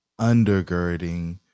undergirding